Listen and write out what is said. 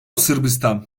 sırbistan